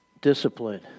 discipline